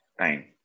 time